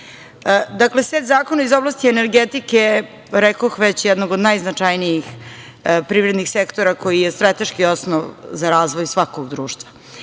tako. Dakle, set zakona iz oblasti energetike, rekoh već, jednog od najznačajnijih privrednih sektora, koji je strateški osnov za razvoj svakog društva.